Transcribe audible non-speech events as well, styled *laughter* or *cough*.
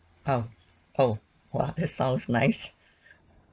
oh oh !wah! that's sounds nice *laughs*